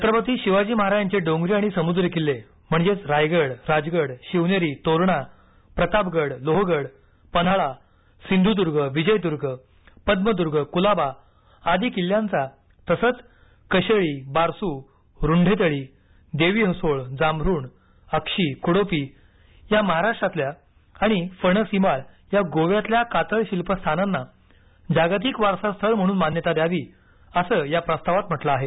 छत्रपती शिवाजी महाराजांचे डोंगरी आणि समृद्री किल्ले म्हणजेच रायगड राजगड शिवनेरी तोरणा प्रतापगड लोहगड पन्हाळा सिंघुद्गा विजयुद्गा पद्यद्गा कलाबा आदी किल्ल्यांचा तसंच कशेळी बारसू रुंडेतळी देवीहसोळ जांभरुण अक्षी कृडोपी या महाराष्ट्रातल्या आणि फणसईमाळ या गोव्यातल्या कातळ शिल्पस्थानांना जागतिक वारसा स्थळ म्हणून मान्यता द्यावी असं या प्रस्तावात म्हटलं आहे